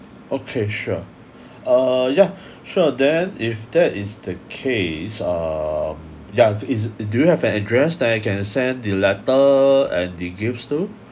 okay sure uh yeah sure then if that is the case uh yeah is do you have an address that I can send the letter and the gifts to